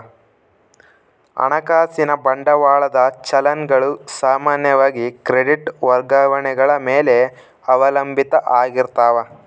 ಹಣಕಾಸಿನ ಬಂಡವಾಳದ ಚಲನ್ ಗಳು ಸಾಮಾನ್ಯವಾಗಿ ಕ್ರೆಡಿಟ್ ವರ್ಗಾವಣೆಗಳ ಮೇಲೆ ಅವಲಂಬಿತ ಆಗಿರ್ತಾವ